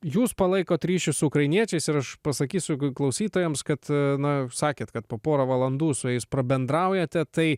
jūs palaikot ryšius su ukrainiečiais ir aš pasakysiu klausytojams kad na sakėt kad po porą valandų su jais prabendraujate tai